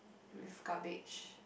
with garbage